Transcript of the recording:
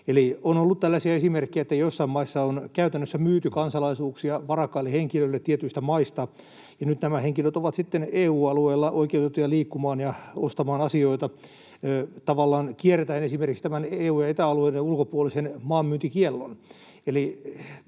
tällaisia esimerkkejä, että joissain maissa on käytännössä myyty kansalaisuuksia varakkaille henkilöille tietyistä maista ja nyt nämä henkilöt ovat sitten oikeutettuja liikkumaan ja ostamaan asioita EU-alueella tavallaan kiertäen esimerkiksi EU- ja Eta-alueiden ulkopuolisen maanmyyntikiellon.